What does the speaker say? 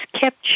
kept